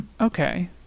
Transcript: Okay